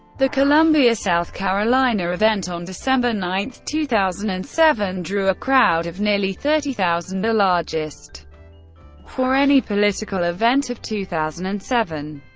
the columbia, south carolina event on december nine, two thousand and seven, drew a crowd of nearly thirty thousand, the largest for any political event of two thousand and seven.